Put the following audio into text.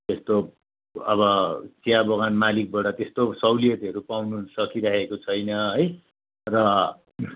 त्यस्तो अब चियाबगान मालिकबाट त्यस्तो सहुलियतहरू पाउनु सकिरहेको छैन है र